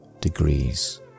degrees